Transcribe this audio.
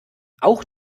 auch